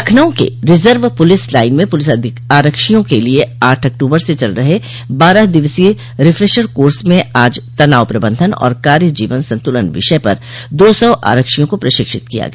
लखनऊ के reserve police line में police आरक्षियों के लिये आठ अक्टूबर से चल रहे बारह दिवसीय रिफ्रेशर कोर्स में आज तनाव प्रबंधन और कार्य जीवन संतुलन विषय पर दो सौ आरक्षियों को प्रशिक्षित किया गया